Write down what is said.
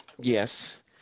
yes